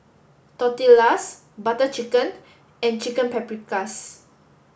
Tortillas Butter Chicken and Chicken Paprikas